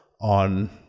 on